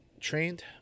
trained